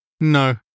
No